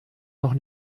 noch